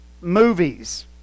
movies